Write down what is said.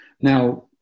now